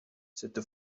cette